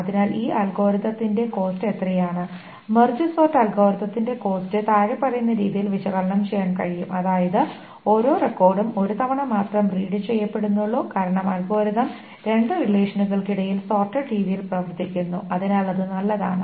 അതിനാൽ ഈ അൽഗോരിത്തിന്റെ കോസ്റ്റ് എത്രയാണ് മെർജ് സോർട് അൽഗോരിതത്തിന്റെ കോസ്റ്റ് താഴെ പറയുന്ന രീതിയിൽ വിശകലനം ചെയ്യാൻ കഴിയും അതായത് ഓരോ റെക്കോർഡും ഒരു തവണ മാത്രമേ റീഡ് ചെയ്യപ്പെടുന്നുള്ളു കാരണം ആൽഗോരിതം രണ്ട് റിലേഷനുകൾക്കിടയിൽ സോർട്ടഡ് രീതിയിൽ പ്രവർത്തിക്കുന്നു അതിനാൽ അത് നല്ലതാണ്